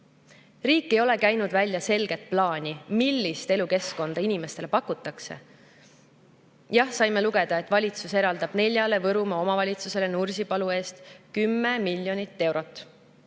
ei ole käinud välja selget plaani, millist elukeskkonda inimestele pakutakse. Jah, saime lugeda, et valitsus eraldab neljale Võrumaa omavalitsusele Nursipalu eest 10 miljonit eurot.